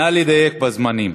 נא לדייק בזמנים.